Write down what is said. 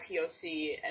POC